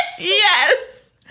Yes